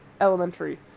elementary